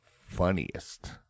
Funniest